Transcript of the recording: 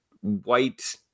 white